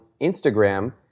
Instagram